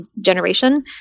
generation